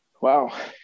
Wow